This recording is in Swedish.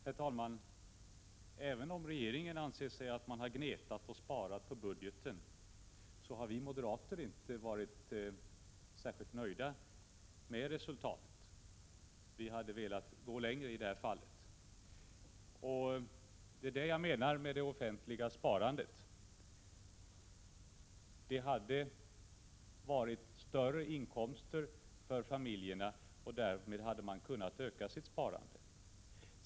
Herr talman! Även om regeringen anser sig ha gnetat och sparat på budgeten, har vi moderater inte varit särskilt nöjda med resultatet. Vi hade velat gå längre i detta fall. Det är det jag menar med det offentliga sparandet. Då hade det blivit större inkomster för familjerna, och därmed hade de kunnat öka sitt sparande.